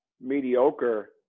mediocre